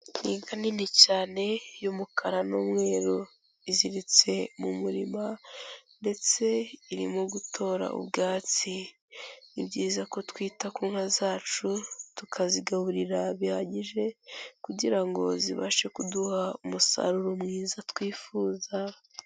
Inka nini cyane y'umukara n'umweru, iziritse mu murima ndetse irimo gutora ubwatsi, ni byiza ko twita ku nka zacu tukazigaburira bihagije kugira ngo zibashe kuduha umusaruro mwiza twifuza.